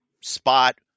spot